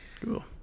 cool